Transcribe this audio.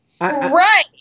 Right